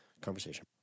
conversation